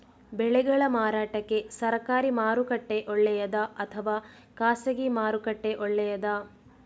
ಬೆಳೆಗಳ ಮಾರಾಟಕ್ಕೆ ಸರಕಾರಿ ಮಾರುಕಟ್ಟೆ ಒಳ್ಳೆಯದಾ ಅಥವಾ ಖಾಸಗಿ ಮಾರುಕಟ್ಟೆ ಒಳ್ಳೆಯದಾ